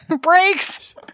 breaks